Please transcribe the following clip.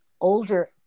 older